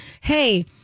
hey